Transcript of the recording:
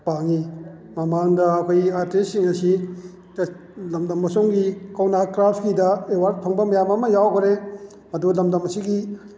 ꯄꯥꯡꯏ ꯃꯃꯥꯡꯗ ꯑꯩꯈꯣꯏꯒꯤ ꯑꯥꯔꯇꯤꯁꯁꯤꯡ ꯑꯁꯤ ꯂꯝꯗꯝ ꯑꯁꯣꯝꯒꯤ ꯀꯧꯅꯥ ꯀ꯭ꯔꯥꯐꯀꯤꯗ ꯑꯦꯋꯥꯔꯠ ꯐꯪꯕ ꯃꯌꯥꯝ ꯑꯃ ꯌꯥꯎꯈꯔꯦ ꯑꯗꯣ ꯂꯝꯗꯝ ꯑꯁꯤꯒꯤ